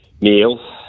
Neil